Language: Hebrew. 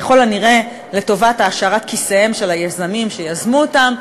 ככל הנראה לטובת העשרת כיסיהם של היזמים שיזמו אותם.